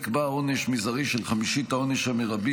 נקבע עונש מזערי של חמישית העונש המרבי